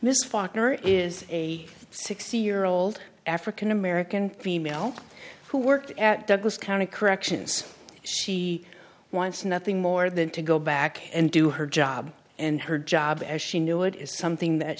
falkner is a sixty year old african american female who worked at douglas county corrections she wants nothing more than to go back and do her job and her job as she knew it is something that